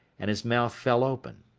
and his mouth fell open.